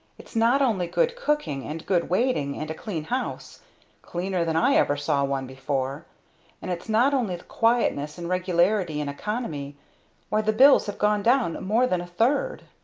it's not only good cooking, and good waiting, and clean house cleaner than i ever saw one before and it's not only the quietness, and regularity and economy why the bills have gone down more than a third!